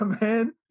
man